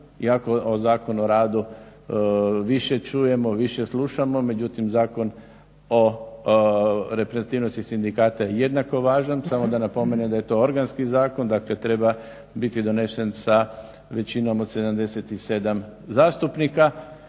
iako Zakon o radu više čujemo, više slušamo. Međutim, Zakon o reprezentativnosti sindikata je jednako važan. Samo da napomenem da je to organski zakon dakle treba biti donesen sa većinom od 77 zastupnika.